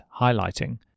highlighting